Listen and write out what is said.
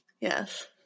Yes